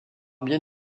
bien